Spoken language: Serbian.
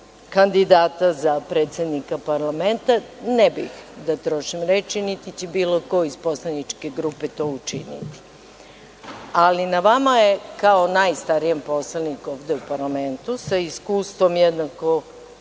kandidata za predsednika parlamenta, ne bih da trošim reči, niti će bilo ko iz poslaničke grupe to učiniti. Ali, na vama je, kao najstarijem poslaniku ovde u parlamentu, sa iskustvom jednakom